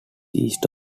east